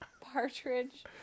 partridge